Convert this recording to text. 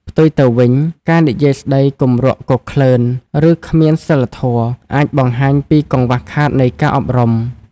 ផ្ទុយទៅវិញ ការនិយាយស្តីគម្រក់គគ្លើន ឬគ្មានសីលធម៌ អាចបង្ហាញពីកង្វះខាតនៃការអប់រំ។